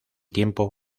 tiempo